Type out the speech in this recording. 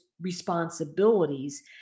responsibilities